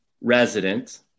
resident